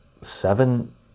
seven